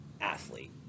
athlete